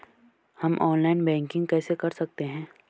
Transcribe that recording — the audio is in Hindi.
हम ऑनलाइन बैंकिंग कैसे कर सकते हैं?